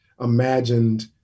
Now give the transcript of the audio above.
imagined